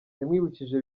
yamwibukije